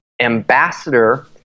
ambassador